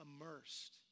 immersed